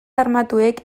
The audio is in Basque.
armatuek